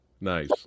Nice